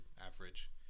average